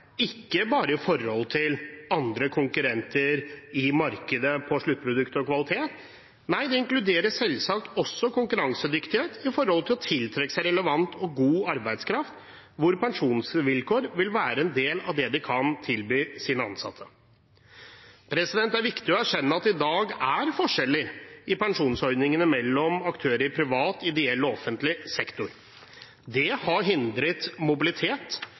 ikke bare i forhold til andre konkurrenter i markedet på sluttprodukt og kvalitet. Nei, det inkluderer selvsagt også konkurransedyktighet for å tiltrekke seg relevant og god arbeidskraft, hvor pensjonsvilkår vil være en del av det de kan tilby sine ansatte. Det er viktig å erkjenne at det i dag er forskjeller i pensjonsordningene mellom aktører i privat, ideell og offentlig sektor. Det har hindret mobilitet,